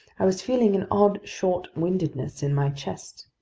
i was feeling an odd short-windedness in my chest.